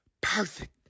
perfect